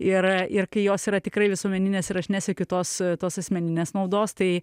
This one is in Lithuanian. ir ir kai jos yra tikrai visuomeninės ir aš nesiekiu tos tos asmeninės naudos tai